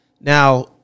Now